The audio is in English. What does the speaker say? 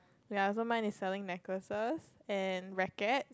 ya so mine is selling necklaces and racket